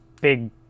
big